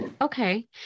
Okay